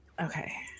okay